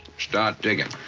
start digging.